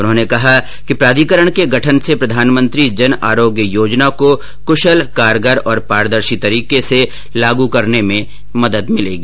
उन्होंने कहा कि प्राधिकरण के गठन से प्रधानमंत्री जन आरोग्य योजना को कुशल कारगर और पारदर्शी तरीके से लागू करने में मदद मिलेगी